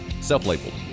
self-labeled